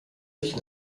sich